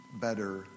better